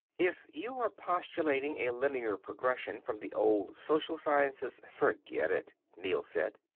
if you are postulating a linear progression from the old social sciences forget it, neel said.